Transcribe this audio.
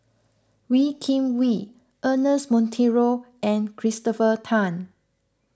Wee Kim Wee Ernest Monteiro and Christopher Tan